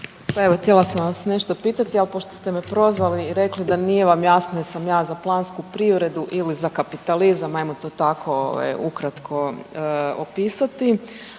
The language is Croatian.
Pa evo htjela sam vas nešto pitati, al pošto ste me prozvali i rekli da nije vam jasno jesam li ja za plansku privredu ili za kapitalizam ajmo to tako ukratko opisati,